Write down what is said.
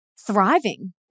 thriving